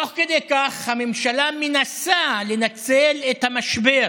תוך כדי כך הממשלה מנסה לנצל את המשבר